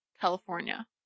California